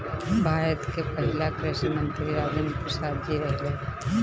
भारत के पहिला कृषि मंत्री राजेंद्र प्रसाद जी रहले